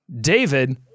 David